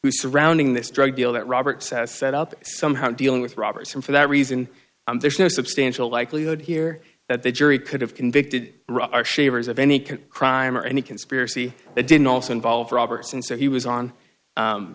s surrounding this drug deal that roberts has set up somehow dealing with robbers and for that reason there's no substantial likelihood here that the jury could have convicted our shavers of any crime or any conspiracy that didn't also involve roberts and so he was on